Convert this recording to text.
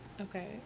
Okay